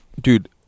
Dude